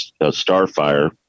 Starfire